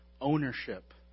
ownership